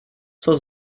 zur